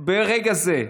ברגע זה.